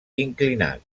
inclinat